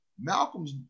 Malcolm's